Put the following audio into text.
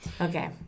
Okay